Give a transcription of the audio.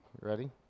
Ready